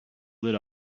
lit